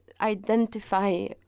Identify